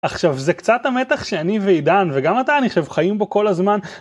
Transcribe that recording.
עכשיו זה קצת המתח שאני ועידן וגם אתה, אני חושב, חיים בו כל הזמן.